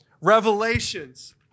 Revelations